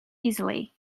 easily